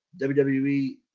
WWE